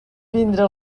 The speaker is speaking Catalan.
vindre